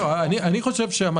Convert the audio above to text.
--- אבל אז הנוסע לא יודע.